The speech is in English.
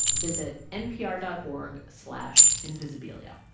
visit npr dot org slash invisibilia.